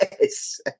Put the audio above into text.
Yes